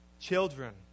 Children